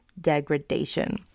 degradation